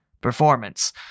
performance